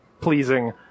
pleasing